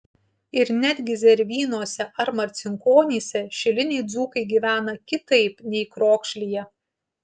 ir netgi zervynose ar marcinkonyse šiliniai dzūkai gyvena kitaip nei krokšlyje